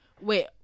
Wait